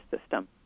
system